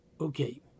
Okay